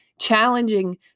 challenging